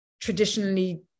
traditionally